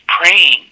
praying